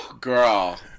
Girl